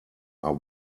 are